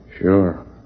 Sure